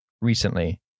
Recently